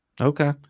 okay